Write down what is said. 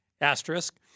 Asterisk